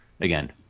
again